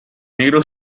negro